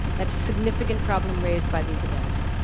that's a significant problem raised by these events.